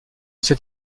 sait